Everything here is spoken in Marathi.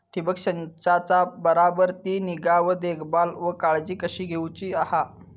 ठिबक संचाचा बराबर ती निगा व देखभाल व काळजी कशी घेऊची हा?